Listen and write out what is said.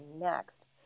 next